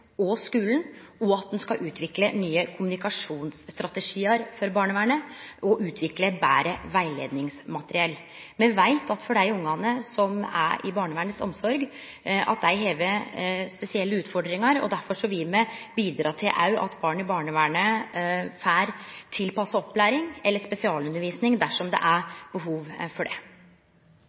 og skulen, at ein skal utvikle nye kommunikasjonsstrategiar for barnevernet og utvikle betre rettleiingsmateriell. Me veit at dei ungane som er i barnevernet si omsorg, har spesielle utfordringar. Derfor vil me òg bidra til at barn i barnevernet får tilpassa opplæring eller spesialundervisning dersom det er behov for det.